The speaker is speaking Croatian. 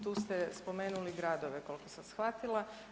Tu ste spomenuli gradove koliko sam shvatila.